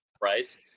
Price